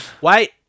Wait